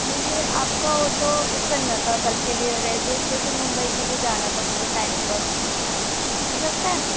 مجھے آپ کا آٹو بک کرنا تھا کل کے لیے ریلوے اسٹیشن ممبئی کے لیے جانا تھا مجھے ٹائم پر مل سکتا ہے